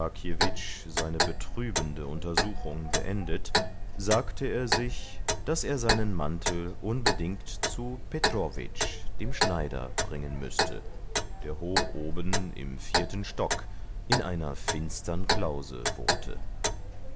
seine betrübende untersuchung beendet sagte er sich daß er seinen mantel unbedingt zu petrowitsch dem schneider bringen müßte der hoch oben im vierten stock in einer finstern klause wohnte